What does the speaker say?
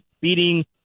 beating